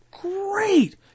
great